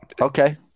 Okay